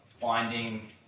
finding